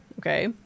Okay